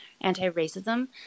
anti-racism